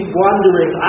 wandering